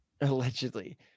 allegedly